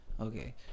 Okay